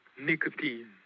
nicotine